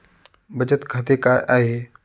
बचत खाते काय आहे?